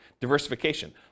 diversification